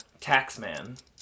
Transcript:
Taxman